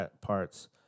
parts